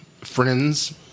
friends